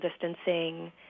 distancing